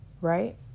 right